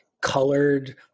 colored –